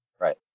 right